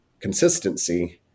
consistency